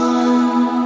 one